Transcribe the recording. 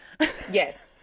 Yes